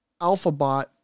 Alphabot